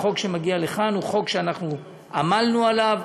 החוק שמגיע לכאן הוא חוק שעמלנו עליו,